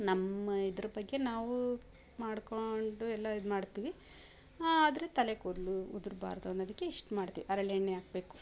ನಮ್ಮ ಇದ್ರ ಬಗ್ಗೆ ನಾವು ಮಾಡಿಕೊಂಡು ಎಲ್ಲ ಇದುಮಾಡ್ತಿವಿ ಆದರೆ ತಲೆ ಕೂದಲು ಉದ್ರುಬಾರ್ದು ಅನ್ನೋದಕ್ಕೆ ಇಷ್ಟು ಮಾಡ್ತೀವಿ ಹರಳೆಣ್ಣೆ ಹಾಕ್ಬೇಕು